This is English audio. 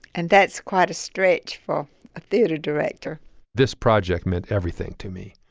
and that's quite a stretch for a theater director this project meant everything to me.